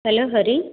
hello Hari